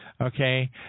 Okay